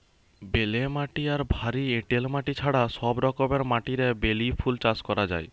বেলে মাটি আর ভারী এঁটেল মাটি ছাড়া সব রকমের মাটিরে বেলি ফুল চাষ করা যায়